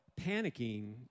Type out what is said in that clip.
panicking